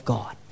God